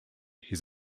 his